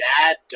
dad